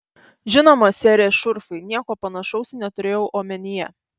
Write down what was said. žinoma sere šurfai nieko panašaus neturėjau omenyje